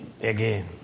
Again